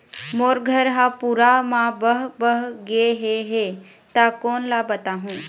मोर घर हा पूरा मा बह बह गे हे हे ता कोन ला बताहुं?